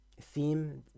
theme